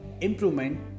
improvement